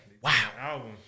Wow